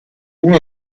uno